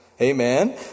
Amen